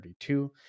32